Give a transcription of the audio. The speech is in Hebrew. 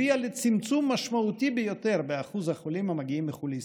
הביאה לצמצום משמעותי ביותר באחוז החולים המגיעים מחו"ל לישראל.